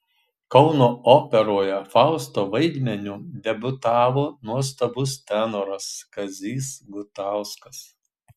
kauno operoje fausto vaidmeniu debiutavo nuostabus tenoras kazys gutauskas